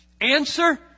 Answer